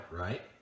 right